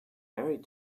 married